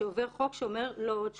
שעובר חוק שאומר לא עוד שקופה.